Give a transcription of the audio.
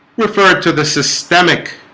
refer to the systemic